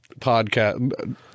podcast